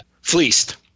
fleeced